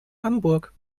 hamburg